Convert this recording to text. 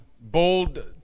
bold